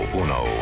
uno